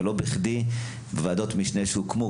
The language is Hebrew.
ולא בכדי ועדות משנה שהוקמו,